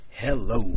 Hello